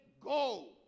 go